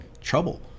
trouble